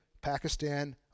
Pakistan